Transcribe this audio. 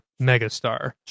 megastar